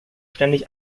ständig